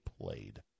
played